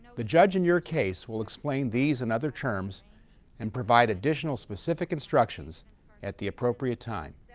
the judge in your case will explain these and other terms and provide additional specific instructions at the appropriate time.